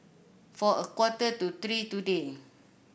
for a quarter to three today